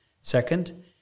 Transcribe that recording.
Second